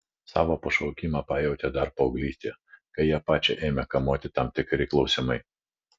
savo pašaukimą pajautė dar paauglystėje kai ją pačią ėmė kamuoti tam tikri klausimai